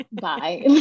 bye